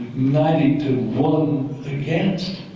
ninety to one against.